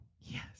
Yes